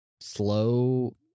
slow